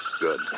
Good